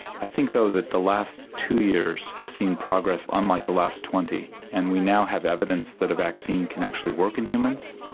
i think though that the last two years have seen progress unlike the last twenty and we now have evidence that a vaccine can actually work in humans.